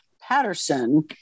Patterson